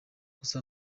gusa